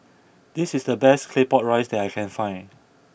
this is the best Claypot Rice that I can find